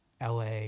la